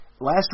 Last